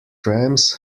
trams